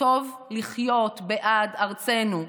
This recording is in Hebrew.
טוב לחיות בעד ארצנו.